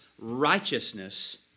righteousness